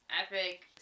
epic